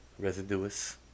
Residuous